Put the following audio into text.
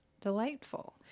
delightful